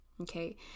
okay